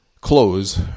close